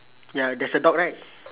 ya there's a dog right